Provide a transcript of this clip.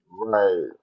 Right